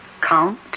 Count